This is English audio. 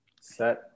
Set